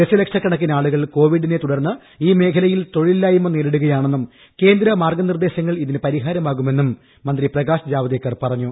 ദശ ലക്ഷക്കണക്കിന് ആളുകൾ കോവിഡിനെ തുടർന്ന് ഈ മേഖലയിൽ തൊഴിലില്ലായ്മ നേരിടുകയാണെന്നും കേന്ദ്ര മാർഗ്ഗ നിർദേശങ്ങൾ ഇതിന് പരിഹാരമാകുമെന്നും മന്ത്രി പ്രകാശ് ജാവ്ദേക്കർ പറഞ്ഞു